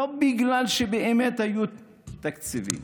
לא בגלל שבאמת היו תקציבים.